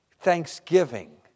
thanksgiving